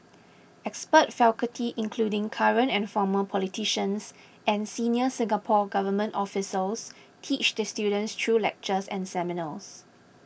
expert faculty including current and former politicians and senior Singapore Government officials teach the students through lectures and seminars